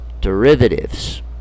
derivatives